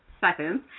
seconds